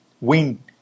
win